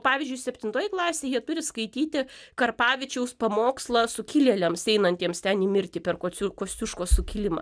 pavyzdžiui septintoj klasėj turi skaityti karpavičiaus pamokslą sukilėliams einantiems ten į mirtį per kociu kosciuškos sukilimą